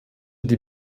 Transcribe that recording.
die